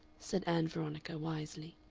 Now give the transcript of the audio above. said ann veronica, wisely.